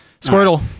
Squirtle